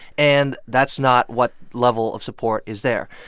and that's not what level of support is there.